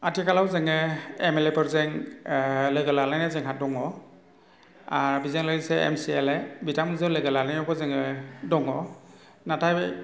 आथिखालाव जोङो M L A फोरजों लोगो लालायनाय जोंहा दङ आरो बेजों लोगोसे एम सि एल ए बिथांजों लोगो लालायनायावबो जोङो दङ नाथाय